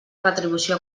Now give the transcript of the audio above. retribució